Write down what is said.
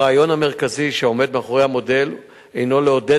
הרעיון המרכזי שעומד מאחורי המודל הינו לעודד